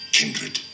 kindred